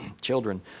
children